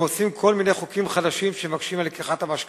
ומוצאים כל מיני חוקים חדשים שמקשים על לקיחת המשכנתה.